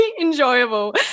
enjoyable